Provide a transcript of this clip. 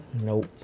Nope